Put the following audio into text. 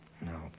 No